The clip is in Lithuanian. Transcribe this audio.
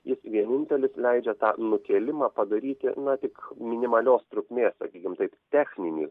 jis vienintelis leidžia tą nukėlimą padaryti na tik minimalios trukmės sakykim taip techninį